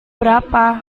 berapa